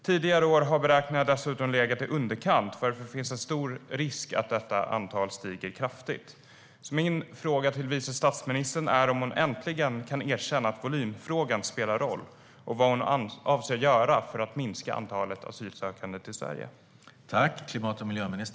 Tidigare år har beräkningarna dessutom legat i underkant, varför det finns en stor risk för att antalet stiger kraftigt. Min fråga till vice statsministern är om hon äntligen kan erkänna att volymfrågan spelar roll och vad hon avser att göra för att minska antalet asylsökande till Sverige.